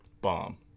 Bomb